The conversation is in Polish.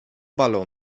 balo